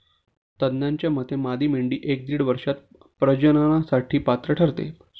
तज्ज्ञांच्या मते मादी मेंढी एक ते दीड वर्षात प्रजननासाठी पात्र ठरते